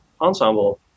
ensemble